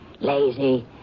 lazy